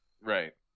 right